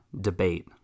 debate